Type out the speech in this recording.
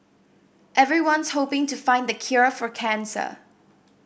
everyone's hoping to find the cure for cancer